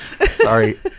sorry